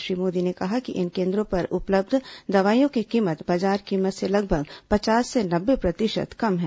श्री मोदी ने कहा कि इन केन्द्रों पर उपलब्ध दवाइयों की कीमत बाजार कीमत से लगभग पचास से नब्बे प्रतिशत कम है